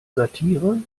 satire